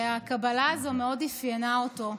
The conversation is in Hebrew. והקבלה הזו מאוד אפיינה אותו.